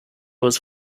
was